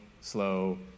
slow